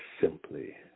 simply